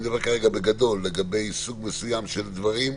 אני אומר כרגע בגדול לגבי סוג מסוים של דברים,